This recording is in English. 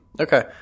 Okay